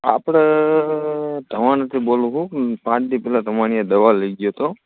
આપણે ધવાણથી બોલું છું પાંચ દિ પહેલાં તમારે ત્યાંથી દવા લઇ ગયો હતો